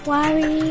Worry